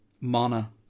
Mana